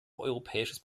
europäisches